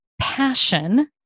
passion